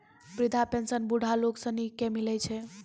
वृद्धा पेंशन बुढ़ा लोग सनी के मिलै छै